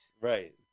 Right